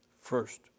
First